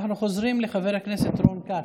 אז אנחנו חוזרים לחבר הכנסת רון כץ,